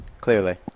Clearly